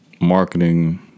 marketing